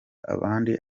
abandi